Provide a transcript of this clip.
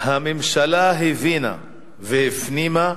הממשלה הבינה והפנימה,